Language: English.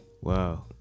Wow